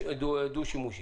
הדו-שימושי,